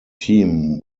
team